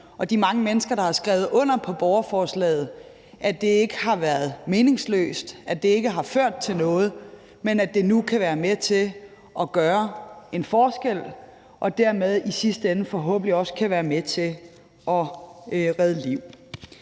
og de mange mennesker, der har skrevet under på borgerforslaget, altså at det ikke har været meningsløst og det har ført til noget, sådan at det nu kan være med til at gøre en forskel og dermed i sidste ende forhåbentlig også kan være med til at redde liv.